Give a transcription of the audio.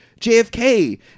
JFK